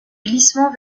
glissement